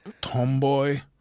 tomboy